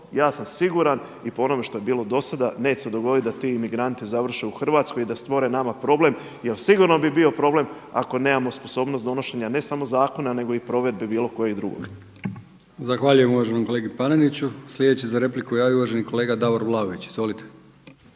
ja sam siguran i po onome što je bilo do sada neće se dogoditi da ti imigranti završe u Hrvatskoj i da stvore nama problem. Jer sigurno bi bio problem ako nemamo sposobnost donošenja ne samo zakona, nego i provedbe bilo kojeg drugog. **Brkić, Milijan (HDZ)** Zahvaljujem kolegi Paneniću. Sljedeći se za repliku javio uvaženi kolega Davor Vlaović. Izvolite.